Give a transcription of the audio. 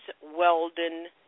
Weldon